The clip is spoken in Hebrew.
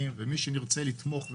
שנרצה לתמוך,